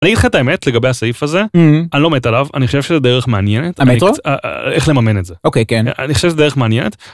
איך את האמת לגבי הסעיף הזה אני לא מת עליו אני חושב שזה דרך מעניינת איך לממן את זה אוקיי כן אני חושב שזה דרך מעניינת.